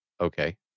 okay